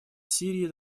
сирии